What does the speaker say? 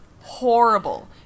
horrible